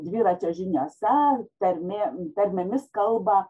dviračio žiniose tarmė tarmėmis kalba